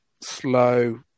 slow